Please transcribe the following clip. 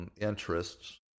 interests